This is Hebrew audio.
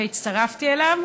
והצטרפתי אליו.